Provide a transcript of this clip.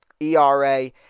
ERA